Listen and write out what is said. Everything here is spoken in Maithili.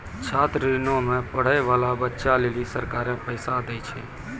छात्र ऋणो मे पढ़ै बाला बच्चा लेली सरकारें पैसा दै छै